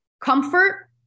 Comfort